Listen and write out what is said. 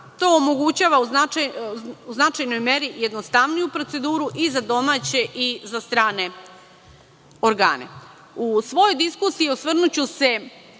To omogućava u značajno meri jednostavniju proceduru i za domaće i za strane organe.U svojoj diskusiji osvrnuću se